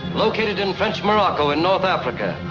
located in french morroco in north africa.